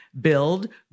Build